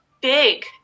big